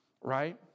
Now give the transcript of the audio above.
Right